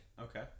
Okay